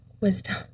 wisdom